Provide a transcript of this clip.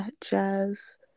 Jazz